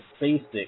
basic